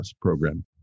program